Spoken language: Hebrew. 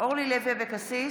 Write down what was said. אורלי לוי אבקסיס,